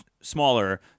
smaller